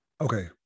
Okay